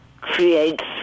creates